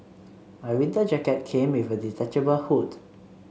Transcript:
my winter jacket came with a detachable hood